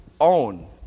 own